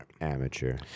Amateur